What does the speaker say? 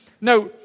Now